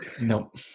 Nope